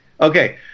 Okay